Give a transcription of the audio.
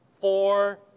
four